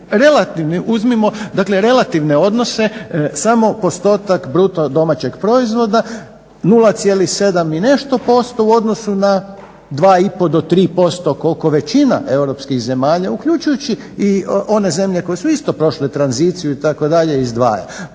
relativne odnose samo postotak BDP-a 0,7 i nešto posto u odnosu na 2,5 do 3% koliko većina europskih zemalja uključujući i one zemlje koje su isto prošle tranziciju itd. izdvajaju.